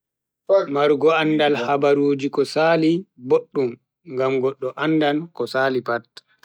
Marugo andaal habaruuji ko Sali, boduum, Ngam goddo andan ko Sali pat